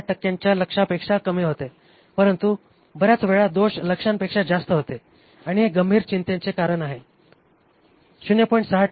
6 टक्क्यांच्या लक्ष्यापेक्षा कमी होते परंतु बर्याच वेळा दोष लक्ष्यांपेक्षा जास्त होते आणि हे गंभीर चिंतेचे कारण आहे ०